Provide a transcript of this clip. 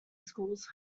schools